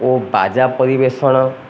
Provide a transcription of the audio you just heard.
ଓ ବାଜା ପରିବେଷଣ